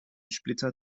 splitter